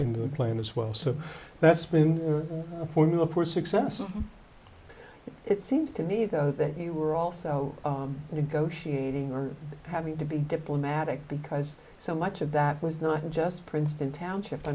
in the plane as well so that's been a formula for success it seems to me though that you were also negotiating or having to be diplomatic because so much of that was not just princeton township i